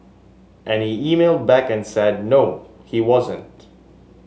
and he emailed back and said no he wasn't